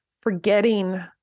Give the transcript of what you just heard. forgetting